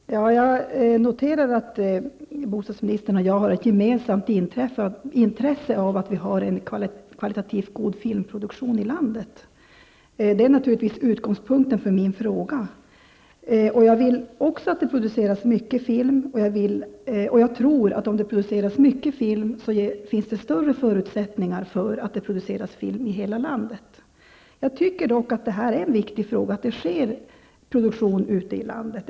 Herr talman! Jag noterar att bostadsministern och jag har ett gemensamt intresse av att vi har en kvalitativt god filmproduktion i landet. Det är naturligtvis utgångspunkten för min fråga. Jag vill också att det produceras mycket film. Jag tror att om det produceras mycket film, finns det större förutsättningar att det produceras film i hela landet. Jag tycker dock att det är en viktig fråga, att det sker produktion ute i landet.